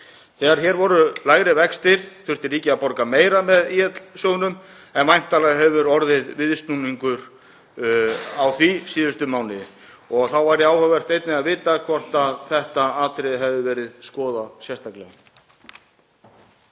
Þegar hér voru lægri vextir þurfti ríkið að borga meira með ÍL-sjóðnum en væntanlega hefur orðið viðsnúningur á því síðustu mánuði. Þá væri áhugavert að vita hvort þetta atriði hefði verið skoðað sérstaklega.